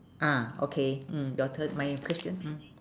ah okay mm your turn my question hor